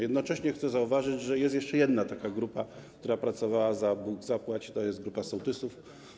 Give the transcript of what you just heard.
Jednocześnie chcę zauważyć, że jest jeszcze jedna grupa, która pracowała za Bóg zapłać, to jest grupa sołtysów.